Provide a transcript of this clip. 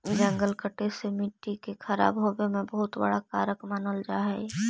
जंगल कटे से मट्टी के खराब होवे में बहुत बड़ा कारक मानल जा हइ